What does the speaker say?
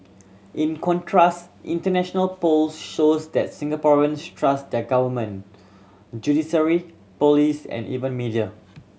in contrast international polls shows that Singaporeans trust their government judiciary police and even media